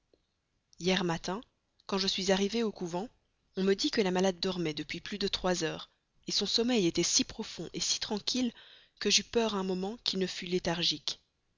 hier matin quand je suis arrivée au couvent on me dit que la malade dormait depuis plus de trois heures son sommeil était si profond si tranquille que j'eus peur un moment qu'il ne fût léthargique